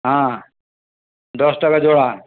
হ্যাঁ দশ টাকা জোড়া